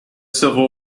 civil